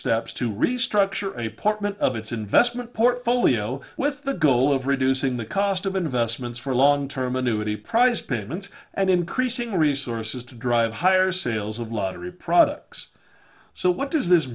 steps to restructure a portman of its investment portfolio with the goal of reducing the cost of investments for long term annuity prize payments and increasing resources to drive higher sales of luxury products so what does this